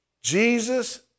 Jesus